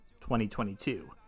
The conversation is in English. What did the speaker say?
2022